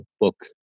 book